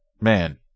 man